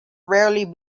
rarely